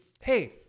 hey